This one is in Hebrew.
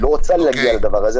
היא לא רוצה להגיע לדבר כזה,